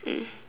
mm